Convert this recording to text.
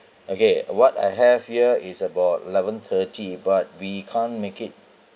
okay what I have here is about eleven-thirty but we can't make it